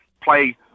play